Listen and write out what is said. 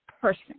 person